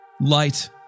Light